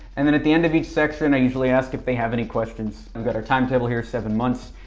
and then at the end of each section, i usually ask if they have any questions. i've got our time table here, seven months,